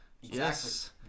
Yes